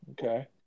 Okay